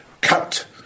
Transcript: cut